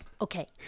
Okay